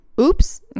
Oops